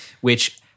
Which-